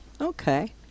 Okay